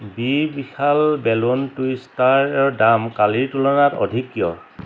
B বিশাল balloon টুইষ্টাৰৰ দাম কালিৰ তুলনাত অধিক কিয়